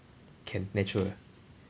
can natural